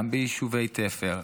גם ביישובי תפר.